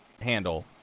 handle